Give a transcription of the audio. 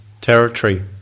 territory